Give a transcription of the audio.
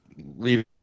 leave